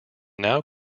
now